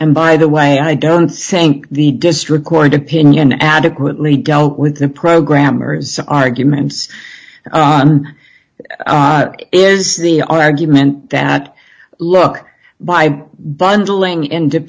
and by the way i don't think the district court opinion adequately dealt with the programmers argument is the argument that look by bundling in to